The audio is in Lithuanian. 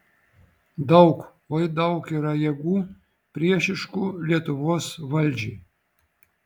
daug oi daug yra jėgų priešiškų lietuvos valdžiai